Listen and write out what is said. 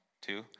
two